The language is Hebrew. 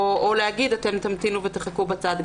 או להגיד שתמתינו ותחכו בצד.